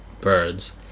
birds